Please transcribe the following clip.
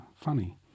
funny